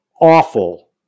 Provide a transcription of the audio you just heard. awful